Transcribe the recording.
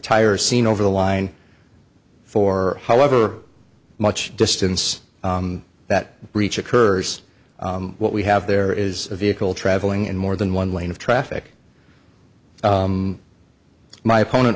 tire seen over the line for however much distance that reach occurs what we have there is a vehicle traveling in more than one lane of traffic my opponent